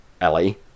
Ellie